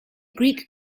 greek